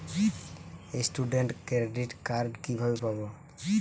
Student credit card কিভাবে পাব?